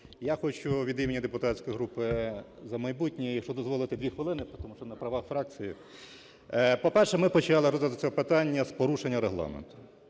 я хочу від імені депутатської групи "За майбутнє", якщо дозволите, 2 хвилини, тому що на правах фракції. По-перше, ми почали розгляд цього питання з порушення Регламенту.